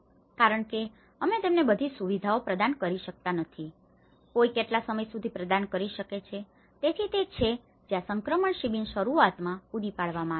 કારણ કે અમે તેમને બધી સુવિધાઓ પ્રદાન કરી શકતા નથી કોઈ કેટલા સમય સુધી પ્રદાન કરી શકે છે તેથી તે છે જ્યાં સંક્રમણ શિબિર શરૂઆતમાં પૂરી પાડવામાં આવી છે